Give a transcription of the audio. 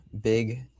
big